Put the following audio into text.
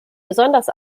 besonders